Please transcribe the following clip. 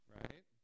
right